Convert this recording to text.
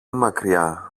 μακριά